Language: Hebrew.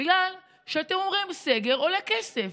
בגלל שאתם אומרים שסגר עולה כסף.